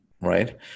right